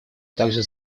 также